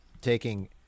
taking